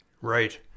right